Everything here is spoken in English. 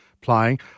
playing